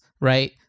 right